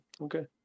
Okay